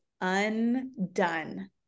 undone